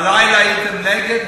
בלילה הייתם נגד,